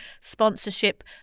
Sponsorship